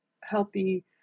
healthy